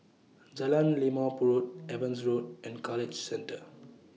Jalan Limau Purut Evans Road and College Center